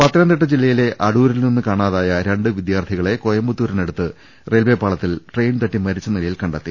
പത്തനംതിട്ട ജില്ലയിലെ അടൂരിൽ നിന്ന് കാണാതായ രണ്ട് വിദ്യാർഥികളെ കോയമ്പത്തൂരിനടുത്ത് റെയിൽവേ പാളത്തിൽ ട്രെയിൻ തട്ടി മരിച്ച നിലയിൽ കണ്ടെത്തി